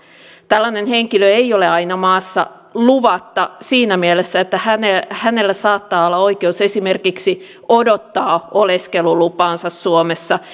tällainen henkilö ei aina ole maassa luvatta siinä mielessä että hänellä hänellä saattaa olla oikeus esimerkiksi odottaa oleskelulupaansa suomessa